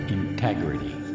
integrity